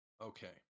Okay